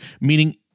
meaning